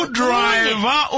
driver